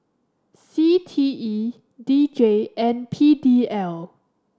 C T E D J and P D L